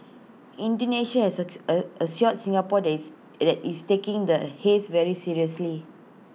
Indonesia has ex A assured Singapore that it's that it's taking the haze very seriously